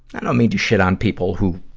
i don't mean to shit on people who,